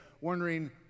wondering